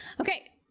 Okay